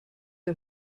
der